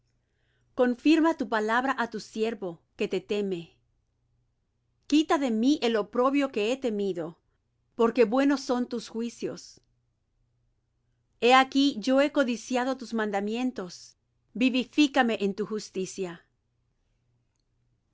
confirma tu palabra á tu siervo que te teme quita de mí el oprobio que he temido porque buenos son tus juicios he aquí yo he codiciado tus mandamientos vivifícame en tu justicia